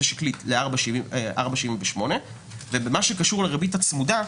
השקלית 4.78%. במה שקשור לריבית הצמודה,